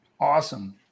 Awesome